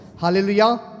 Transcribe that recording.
Hallelujah